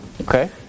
Okay